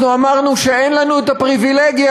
אנחנו אמרנו שאין לנו את הפריבילגיה